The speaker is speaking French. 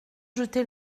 jeter